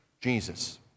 Jesus